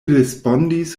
respondis